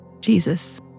Jesus